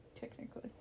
technically